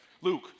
Luke